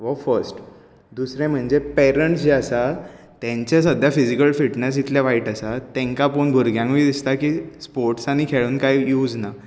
हो फस्ट दुसरें म्हणजे पेरेन्टस जे आसा तेंचे सद्या फिजीकल फिटनस इतलें वायट आसा तेंकां पोवन भुरग्यांकूय अशें दिसता की स्पॉर्टस आनी खेळोन काय यूज ना